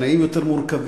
התנאים יותר מורכבים,